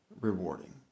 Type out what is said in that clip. rewarding